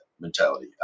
mentality